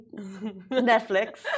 Netflix